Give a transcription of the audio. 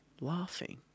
laughing